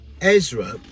Ezra